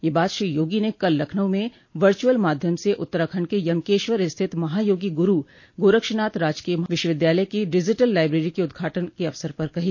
यह बात श्री योगी ने कल लखनऊ में वर्चुअल माध्यम से उत्तराखंड के यमकेश्वर स्थित महायोगी गुरू गोरक्षनाथ राजकीय विश्वविद्यालय की डिजिटल लाइब्रेरी के उद्घाटन अवसर पर कही